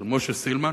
של משה סילמן,